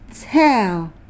tell